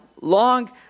long